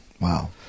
Wow